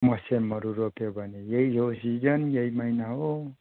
मस्यामहरू रोप्यो भने यही हो सिजन यही महिना हो